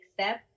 step